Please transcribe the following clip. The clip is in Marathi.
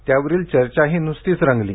त्यावरील चर्चाही नुसतीच रंगली